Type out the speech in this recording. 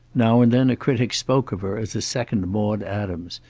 now and then a critic spoke of her as a second maude adams,